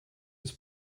des